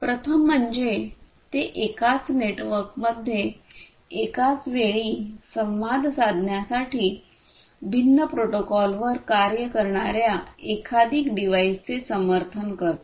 प्रथम म्हणजे ते एकाच नेटवर्कमध्ये एकाचवेळी संवाद साधण्यासाठी भिन्न प्रोटोकॉलवर कार्य करणार्या एकाधिक डिव्हाइसचे समर्थन करते